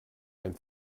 ein